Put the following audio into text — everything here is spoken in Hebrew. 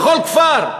בכל כפר.